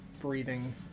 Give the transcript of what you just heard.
breathing